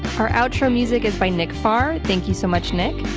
our outro music is by nick farr, thank you so much nick.